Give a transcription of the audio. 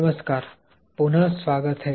नमस्कार पुनः स्वागत है